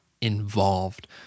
involved